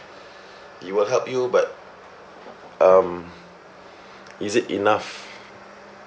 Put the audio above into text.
it will help you but um is it enough